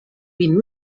vint